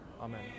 Amen